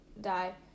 die